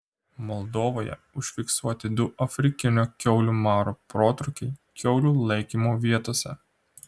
moldovoje užfiksuoti du afrikinio kiaulių maro protrūkiai kiaulių laikymo vietose